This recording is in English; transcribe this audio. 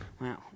wow